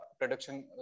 production